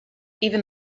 even